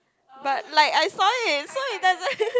but like I saw it so it doesn't